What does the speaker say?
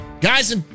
Guys